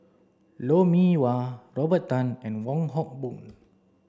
Lou Mee Wah Robert Tan and Wong Hock Boon